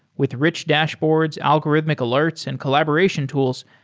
with rich dashboards, algorithmic alerts and collaboration tools,